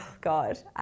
God